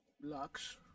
Lux